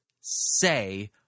say